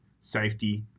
safety